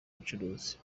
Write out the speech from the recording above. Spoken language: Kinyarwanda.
ubucuruzi